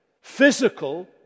physical